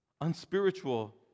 unspiritual